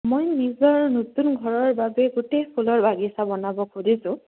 মই নিজৰ নতুন ঘৰৰ বাবে গোটেই ফুলৰ বাগিচা বনাব খুজিছোঁ